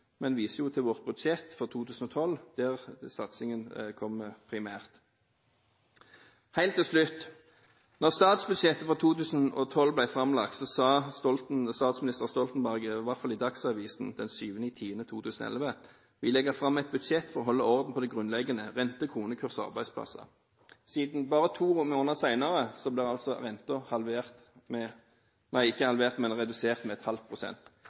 men jeg viser til vårt budsjett for 2012, der satsingen kommer primært. Helt til slutt: Da statsbudsjettet for 2012 ble framlagt, sa statsminister Stoltenberg i Dagsavisen den 7. oktober 2011: «Vi legger fram et budsjett for å holde orden på det grunnleggende: rente, kronekurs og arbeidsplasser.» Bare to måneder senere ble renten redusert med